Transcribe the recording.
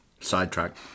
sidetrack